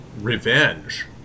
revenge